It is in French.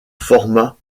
formats